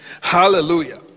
Hallelujah